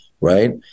right